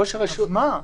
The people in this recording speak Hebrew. אז מה?